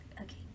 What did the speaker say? Okay